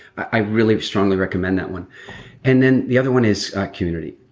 i really strongly recommend that one and then the other one is community.